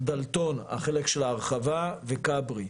דלתון החלק של ההרחבה וכברי,